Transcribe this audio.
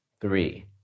three